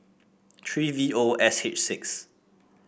three V O S H six